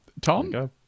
Tom